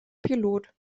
pilot